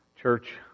Church